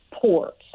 ports